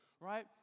right